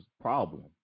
problem